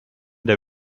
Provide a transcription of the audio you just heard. der